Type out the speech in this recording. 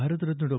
Bharat Ratna Dr